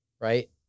Right